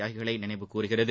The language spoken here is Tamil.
தியாகிகளை நினைவுகூர்கிறது